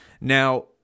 Now